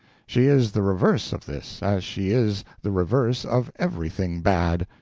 she is the reverse of this, as she is the reverse of everything bad.